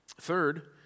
Third